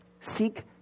seek